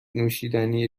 نوشیدنی